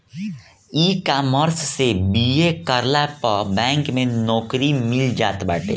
ecommerce से BA करला पअ बैंक में नोकरी मिल जात बाटे